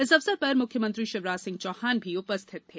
इस अवसर पर मुख्यमंत्री शिवराज सिंह चौहान भी उपस्थित थे